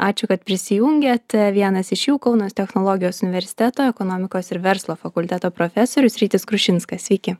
ačiū kad prisijungėt vienas iš jų kauno technologijos universiteto ekonomikos ir verslo fakulteto profesorius rytis krušinskas sveiki